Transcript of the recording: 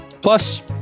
Plus